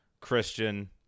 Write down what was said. Christian